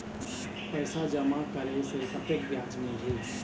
पैसा जमा करे से कतेक ब्याज मिलही?